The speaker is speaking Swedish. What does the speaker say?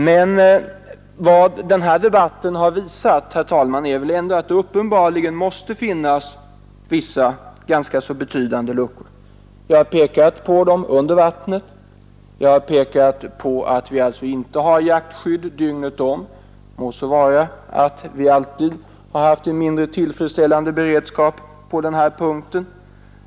Men denna debatt har visat, herr talman, att det uppenbarligen måste finnas vissa ganska så betydande luckor i vår incidentberedskap. Jag har pekat på dem som finns under vattnet och jag har pekat på att det inte finns jaktskydd dygnet om — det må vara hänt att vi alltid har haft en mindre tillfredsställande beredskap på denna punkt.